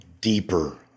deeper